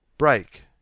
Break